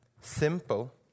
simple